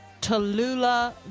Tallulah